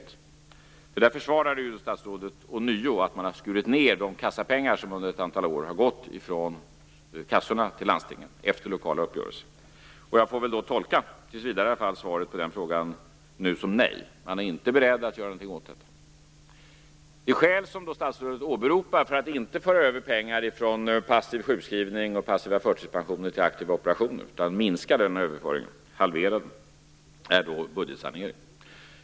Statsrådet försvarade nu ånyo att man har skurit ned på de pengar som, efter lokala uppgörelser, under ett antal år har gått från kassorna till landstingen. Jag får väl då, i varje fall tills vidare, tolka det statsrådet säger som att svaret på min fråga är nej, dvs. att man inte är beredd att göra någonting åt detta. Det skäl som statsrådet åberopar för att inte föra över pengar från passiv sjukskrivning och passiva förtidspensioner till aktiva operationer, utan i stället minska den överföringen, halvera den, är budgetsaneringen.